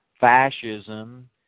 fascism